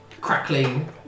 crackling